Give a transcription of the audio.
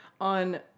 on